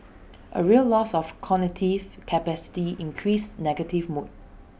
A real loss of cognitive capacity and increased negative mood